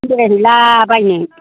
बेरायहैलाबायनो